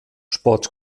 sports